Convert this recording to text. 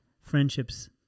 friendships